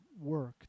work